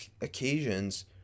occasions